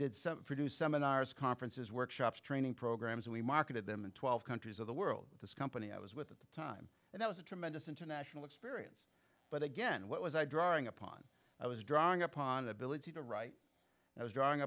did some produce seminars conferences workshops training programs and we marketed them in twelve countries of the world the company i was with at the time and that was a tremendous international experience but again what was i drawing upon i was drawing upon ability to write and was drawing